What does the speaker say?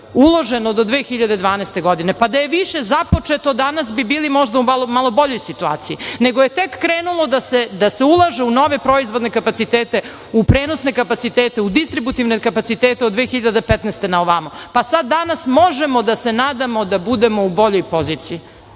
uloženo do 2012. godine. Da je više započeto, danas bi bili možda u malo boljoj situaciji, nego je tek krenulo da se ulaže u nove proizvodne kapacitete, u prenosne kapacitete, u distributivne kapacitete od 2015. godine na ovamo, pa sad danas možemo da se nadamo da budemo u boljoj poziciji